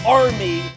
army